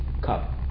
cup